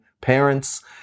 parents